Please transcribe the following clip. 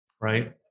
right